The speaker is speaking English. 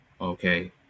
okay